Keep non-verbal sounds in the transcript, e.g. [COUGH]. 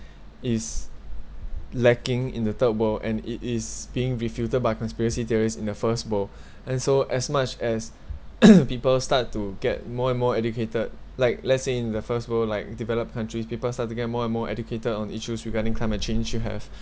is lacking in the third world and it is being refuted by conspiracy theories in the first world and so as much as [COUGHS] people start to get more and more educated like let's say in the first world like developed countries people start to get more and more educated on issues regarding climate change you have